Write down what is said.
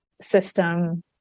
system